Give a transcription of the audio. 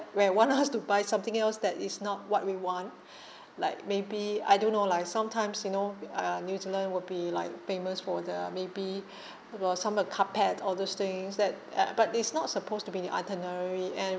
where want us to buy something else that is not what we want like maybe I don't know lah sometimes you know with uh new zealand will be like payments for the maybe about some the carpet all those things that eh but it's not supposed to be in the itinerary and